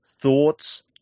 Thoughts